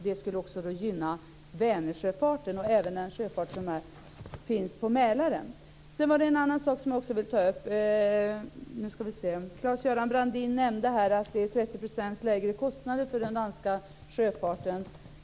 Det skulle också gynna Vänersjöfarten och även den sjöfart som finns på Mälaren. Det var en annan sak som jag också vill ta upp. Claes-Göran Brandin nämnde att kostnaden är 30 % lägre för den danska sjöfarten.